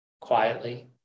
quietly